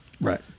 Right